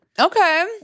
Okay